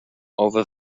over